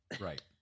right